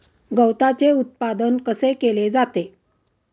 गवताचे उत्पादन कसे केले जाते?